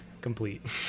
complete